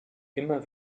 immer